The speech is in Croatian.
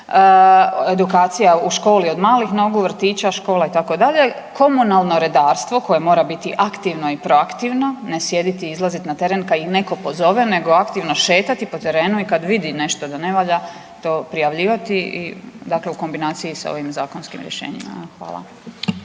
Edukacija u školi od malih nogu, vrtića, škola itd. Komunalno redarstvo koje mora biti aktivno i proaktivno. Ne sjediti i izlaziti na teren kada ih netko pozove, nego aktivno šetati po terenu i kada vidi nešto da ne valja to prijavljivati i dakle u kombinaciji sa ovim zakonskim rješenjima. Hvala.